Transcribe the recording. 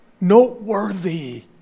noteworthy